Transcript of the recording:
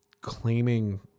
claiming